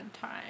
time